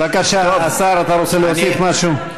בבקשה, השר, אתה רוצה להוסיף משהו?